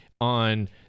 on